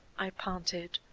i panted.